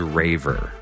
raver